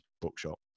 bookshop